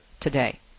today